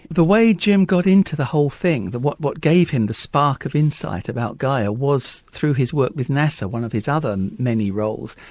the way jim got into the whole thing, what what gave him the spark of insight about gaia was through his work with nasa, one of his other many roles,